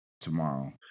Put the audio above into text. tomorrow